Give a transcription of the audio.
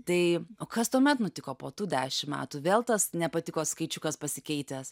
tai kas tuomet nutiko po tų dešim metų vėl tas nepatiko skaičiukas pasikeitęs